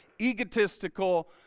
egotistical